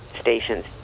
stations